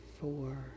four